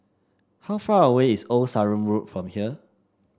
how far away is Old Sarum Road from here